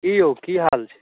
की यौ की हाल छै